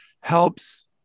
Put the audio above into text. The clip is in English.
helps